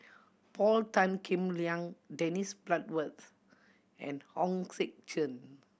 Paul Tan Kim Liang Dennis Bloodworth and Hong Sek Chern